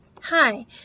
Hi